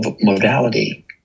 modality